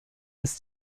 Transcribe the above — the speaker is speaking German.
ist